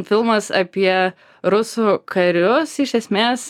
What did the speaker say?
filmas apie rusų karius iš esmės